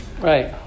Right